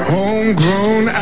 Homegrown